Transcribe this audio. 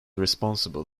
responsible